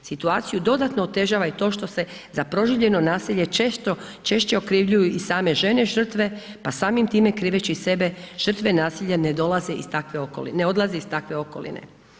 Situaciju dodatno otežava i to što se za proživljeno nasilje često, češće okrivljuju i same žene žrtve, pa samim time kriveći sebe, žrtve nasilja ne dolaze iz takve okoline, ne odlaze iz takve okoline.